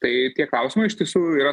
tai tie klausimai iš tiesų yra